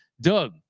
Doug